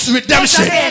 redemption